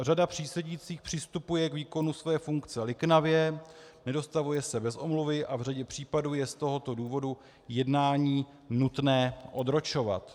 Řada přísedících přistupuje k výkonu své funkce liknavě, nedostavuje se bez omluvy a v řadě případů je z tohoto důvodu jednání nutné odročovat.